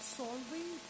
solving